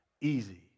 easy